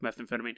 methamphetamine